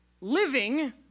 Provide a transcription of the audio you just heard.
living